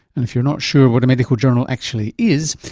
and if you're not sure what a medical journal actually is,